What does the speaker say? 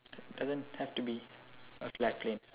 doesn't have to be a flat plane